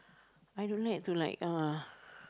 I don't like to like uh